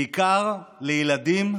בעיקר לילדים,